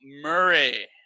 Murray